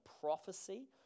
prophecy